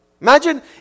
Imagine